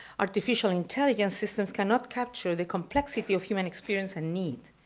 artificial intelligence systems cannot capture the complexity of human experience and need.